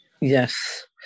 yes